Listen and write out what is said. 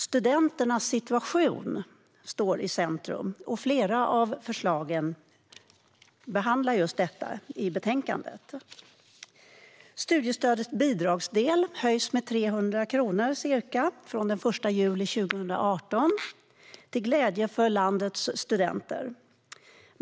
Studenternas situation står i centrum i flera av förslagen som behandlas i detta betänkande. Studiestödets bidragsdel höjs med ca 300 kronor från den 1 juli 2018 till glädje för landets studenter.